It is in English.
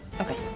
Okay